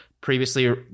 previously